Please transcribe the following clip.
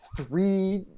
three